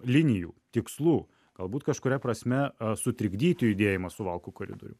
linijų tikslų galbūt kažkuria prasme sutrikdyti judėjimą suvalkų koridorium